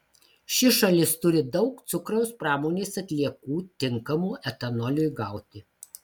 ši šalis turi daug cukraus pramonės atliekų tinkamų etanoliui gauti